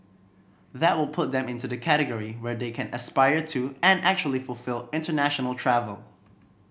that will put them into the category where they can aspire to and actually fulfil international travel